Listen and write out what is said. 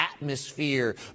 atmosphere